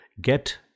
get